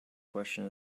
question